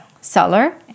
seller